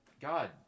God